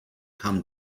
come